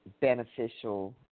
beneficial